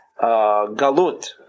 galut